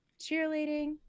cheerleading